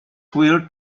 wheel